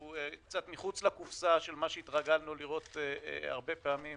שהוא קצת מחוץ לקופסא של מה שהתרגלנו לראות הרבה פעמים,